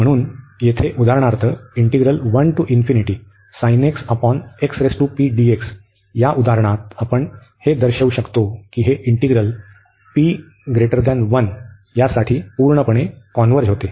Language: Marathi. म्हणून येथे येथे उदाहरणार्थ या उदाहरणात आपण हे दर्शवू शकतो की हे इंटिग्रल p 1 साठी पूर्णपणे कॉन्व्हर्ज करते